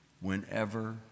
whenever